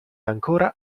ancora